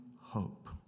hope